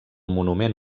monument